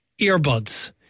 earbuds